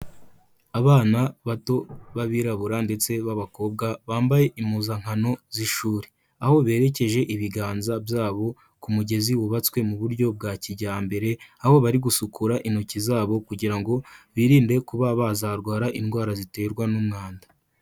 Abana bato b'abirabura ndetse b'abakobwa bambaye impuzankano z'ishuri. Aho berekeje ibiganza byabo ku mugezi wubatswe mu buryo bwa kijyambere, aho bari gusukura intoki zabo kugira ngo birinde kuba bazarwara indwara ziterwa n'umwanda.